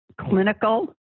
clinical